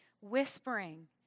whispering